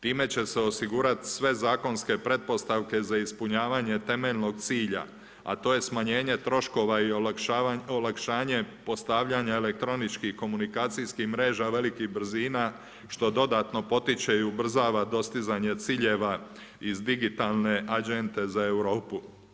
Time će se osigurati sve zakonske pretpostavke za ispunjavanje temeljenog cilja, a to je smanjenje troškova i olakšanje postavljanje elektroničkih komunikacijskih mreža velikih brzina što dodatno potiče i ubrzava dostizanje ciljeva iz digitalne agende za Europu.